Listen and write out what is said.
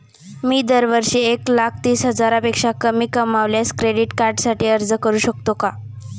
मी दरवर्षी एक लाख तीस हजारापेक्षा कमी कमावल्यास क्रेडिट कार्डसाठी अर्ज करू शकतो का?